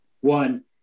One